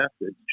message